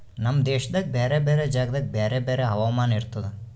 ನಮ್ ದೇಶದಾಗ್ ಬ್ಯಾರೆ ಬ್ಯಾರೆ ಜಾಗದಾಗ್ ಬ್ಯಾರೆ ಬ್ಯಾರೆ ಹವಾಮಾನ ಇರ್ತುದ